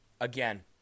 again